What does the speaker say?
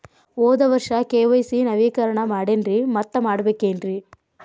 ಹೋದ ವರ್ಷ ಕೆ.ವೈ.ಸಿ ನವೇಕರಣ ಮಾಡೇನ್ರಿ ಮತ್ತ ಮಾಡ್ಬೇಕೇನ್ರಿ?